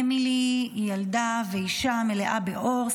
אמילי היא ילדה ואישה מלאה באור,